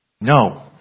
No